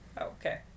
Okay